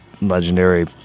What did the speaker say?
legendary